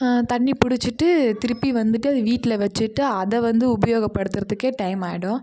தண்ணி பிடிச்சிட்டு திருப்பி வந்துவிட்டு அதை வீட்டில் வச்சுட்டு அதை வந்து உபயோகப்படுத்துகிறதுக்கே டைம் ஆகிடும்